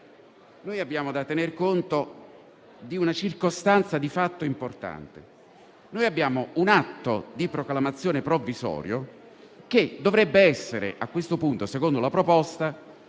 dobbiamo tener conto di una circostanza di fatto importante: abbiamo un atto di proclamazione provvisorio che a questo punto, secondo la proposta,